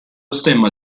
stemma